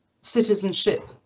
Citizenship